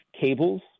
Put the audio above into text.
cables